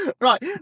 Right